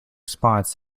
spots